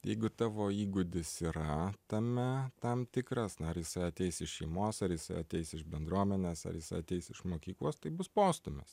jeigu tavo įgūdis yra tame tam tikras na ar jisai ateis iš šeimos ar jis ateis iš bendruomenės ar jis ateis iš mokyklos tai bus postūmis